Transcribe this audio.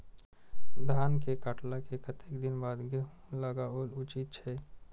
धान के काटला के कतेक दिन बाद गैहूं लागाओल उचित छे?